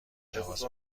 تماس